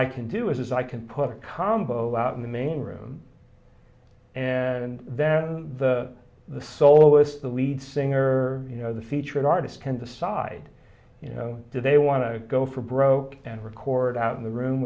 i can do is i can put a combo out in the main room and then the the soloist the lead singer you know the featured artist can decide you know do they want to go for broke and record out in the room